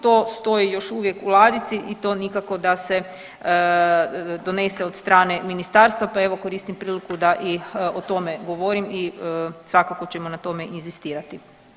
To stoji još uvijek u ladici i to nikako da se donese od strane ministarstva, pa evo koristim priliku da i o tome govorim i svakako ćemo na tome inzistirati.